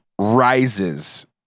rises